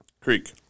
Creek